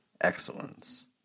excellence